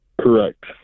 Correct